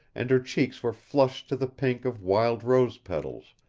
and her cheeks were flushed to the pink of wild rose petals,